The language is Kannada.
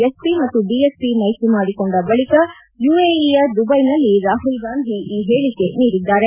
ಎಸ್ಒ ಮತ್ತು ಬಿಎಸ್ಪಿ ಮೈತ್ರಿ ಮಾಡಿಕೊಂಡ ಬಳಿಕ ಯುಎಇಯ ದುಬೈನಲ್ಲಿ ರಾಹುಲ್ ಗಾಂಧಿ ಈ ಹೇಳಿಕೆ ನೀಡಿದ್ದಾರೆ